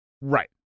Right